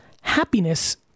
Happiness